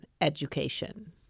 education